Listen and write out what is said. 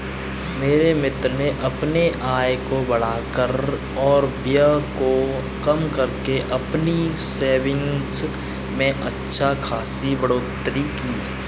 मेरे मित्र ने अपने आय को बढ़ाकर और व्यय को कम करके अपनी सेविंग्स में अच्छा खासी बढ़ोत्तरी की